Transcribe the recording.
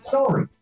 Sorry